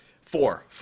Four